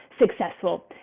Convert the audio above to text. successful